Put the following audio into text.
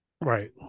Right